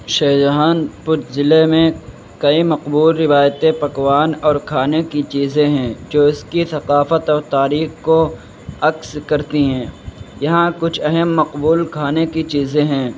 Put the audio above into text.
شاہجہان پور ضلعے میں کئی مقبول روایتیں پکوان اور کھانے کی چیزیں ہیں جو اس کی ثقافت اور تاریخ کو عکس کرتی ہیں یہاں کچھ اہم مقبول کھانے کی چیزیں ہیں